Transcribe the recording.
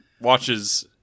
watches